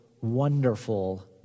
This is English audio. wonderful